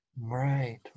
Right